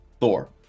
thor